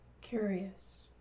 Curious